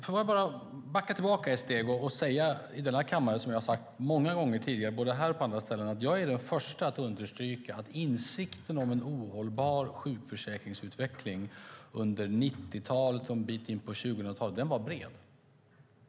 Låt mig backa tillbaka ett steg och säga i denna kammare något som jag sagt många gånger tidigare både här och på andra ställen, nämligen att jag är den förste att understryka att insikten om en ohållbar sjukförsäkringsutveckling under 1990-talet och en bit in på 2000-talet var bred.